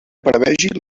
prevegi